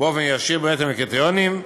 באופן ישיר בהתאם לקריטריונים.